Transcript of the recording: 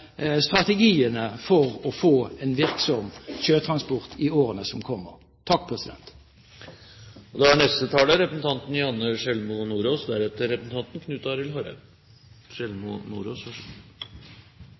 strategiene for å få en virksom sjøtransport i årene som kommer. Det er